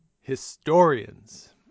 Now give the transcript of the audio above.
historians